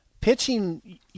Pitching